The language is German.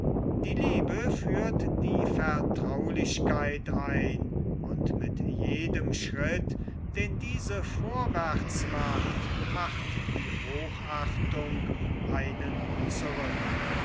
die liebe führt die vertraulichkeit ein und mit jedem schritt den diese vorwärts macht macht die hochachtung einen zurück